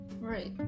right